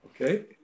Okay